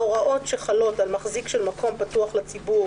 ההוראות שחלות על מחזיק של מקום פתוח לציבור